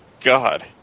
God